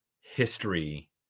history